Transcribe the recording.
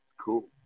Cool